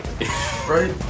Right